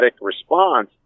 response